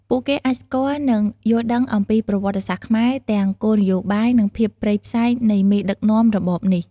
ពួកគេអាចស្គាល់ និងយល់ដឹងអំពីប្រវត្តសាស្រ្តខ្មែរ ទាំង គោលនយោបាយ និងភាពព្រៃផ្សៃនៃមេដឹកនាំរបបនេះ។